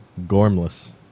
Gormless